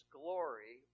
glory